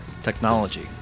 technology